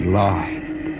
lied